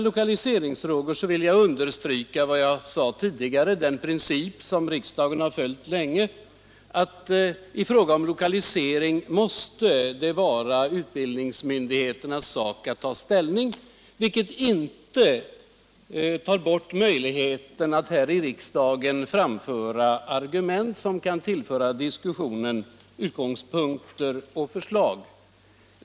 Jag vill understryka vad jag sade tidigare, att enligt den princip som riksdagen länge har följt måste det i fråga om lokalisering vara utbildningsmyndigheternas sak att ta ställning, vilket inte tar bort möjligheten att här i riksdagen framföra argument som kan tillföra diskussionen utgångspunkter och förslag.